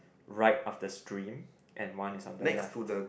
right of the stream and one is on the left